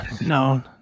No